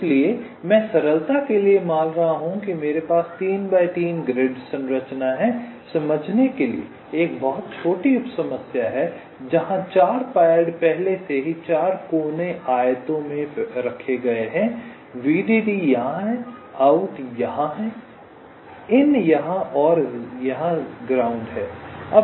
इसलिए मैं सरलता के लिए मान रहा हूं कि मेरे पास तीन बाय तीन ग्रिड संरचना हैं समझने के लिए एक बहुत छोटी उप समस्या है जहां चार पैड पहले से ही चार कोने आयतों में पहले से रखे गए हैं वीडीडी यहां है आउट यहां है इन यहाँ और यहाँ जमीन है